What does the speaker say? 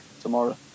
tomorrow